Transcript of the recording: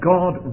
God